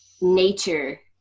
nature